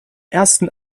ersten